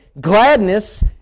gladness